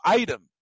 item